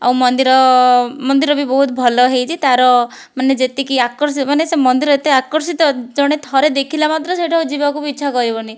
ଆଉ ମନ୍ଦିର ମନ୍ଦିର ବି ବହୁତ ଭଲ ହେଇଛି ତା'ର ମାନେ ଯେତିକି ଆକର୍ଷିତ ମାନେ ସେ ମନ୍ଦିର ଏତେ ଆକର୍ଷିତ ଜଣେ ଥରେ ଦେଖିଲା ମାତ୍ରେ ସେଠୁ ଆଉ ଯିବାକୁ ବି ଇଚ୍ଛା କରିବନି